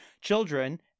Children